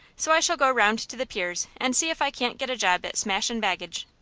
so i shall go round to the piers and see if i can't get a job at smashin baggage.